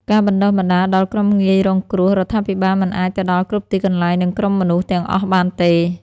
ការបណ្តុះបណ្តាលដល់ក្រុមងាយរងគ្រោះ រដ្ឋាភិបាលមិនអាចទៅដល់គ្រប់ទីកន្លែង និងក្រុមមនុស្សទាំងអស់បានទេ។